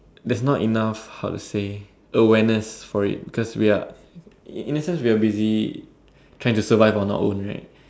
there's not enough how to say awareness for it because we are in in the sense we are busy trying to survive on our own right